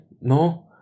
no